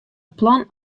plan